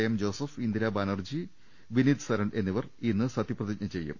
M Joseph Indira Banerjee Vineet Saran എന്നിവർ ഇന്ന് സത്യപ്രതിജ്ഞ ചെയ്യും